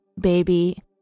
baby